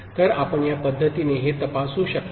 तर आपण या पद्धतीने हे तपासू शकतो